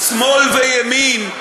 שמאל וימין,